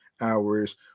hours